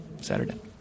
Saturday